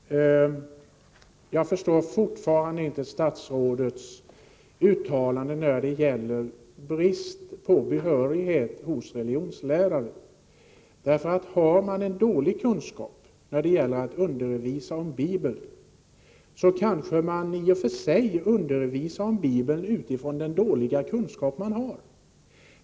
Herr talman! Helt kort: Jag förstår fortfarande inte statsrådets uttalande om bristen på behörighet hos religionslärare. Har läraren dåliga kunskaper för att undervisa om Bibeln kanske han i och för sig undervisar om Bibeln utifrån den dåliga kunskap han har.